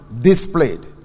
displayed